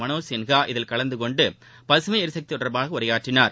மனோஜ் சின்ஹா இதில் கலந்துகொண்டு பசுமை எரிசக்தி தொடர்பாக உரையாற்றினார்